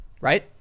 right